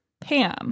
Pam